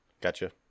Gotcha